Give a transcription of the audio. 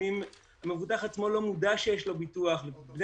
לפעמים המבוטח עצמו לא מודע לכך שיש לו ביטוח ובני